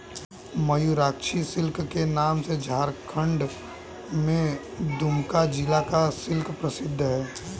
Mayurakshi silk के नाम से झारखण्ड के दुमका जिला का सिल्क प्रसिद्ध है